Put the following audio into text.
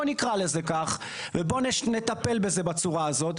בואו נקרא לזה ככה ובואו נטפל בזה בצורה הזאת.